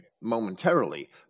momentarily